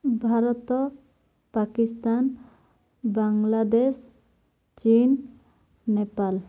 ଭାରତ ପାକିସ୍ତାନ ବାଂଲାଦେଶ ଚୀନ ନେପାଳ